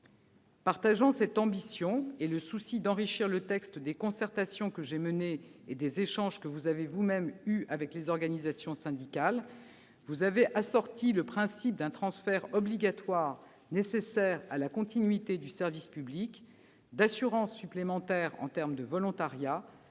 Partageant cette ambition et le souci d'enrichir le texte du résultat des concertations que j'ai menées et des échanges que vous avez vous-même eus avec les organisations syndicales, vous avez assorti le principe d'un transfert obligatoire, nécessaire à la continuité du service public, d'assurances supplémentaires quant au volontariat